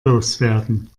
loswerden